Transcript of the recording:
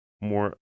more